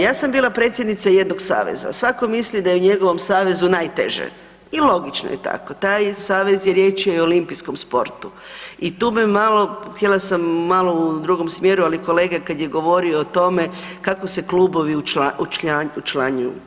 Ja sam bila predsjednica jednog saveza, svako misli da je u njegovom savezu najteže i logično je tako, taj savez riječ je o olimpijskom sportu i tu me malo, htjela sam malo u drugom smjeru, ali kolega kad je govorio o tome kako se klubovi učlanjuju.